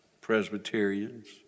Presbyterians